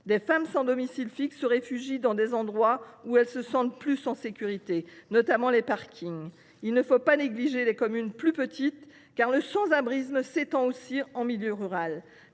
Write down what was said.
les femmes sans domicile fixe se réfugient dans des endroits où elles se sentent plus en sécurité, notamment les parkings. Il ne faut pas négliger les communes plus petites, car le sans abrisme s’étend aussi en milieu rural.